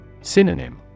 Synonym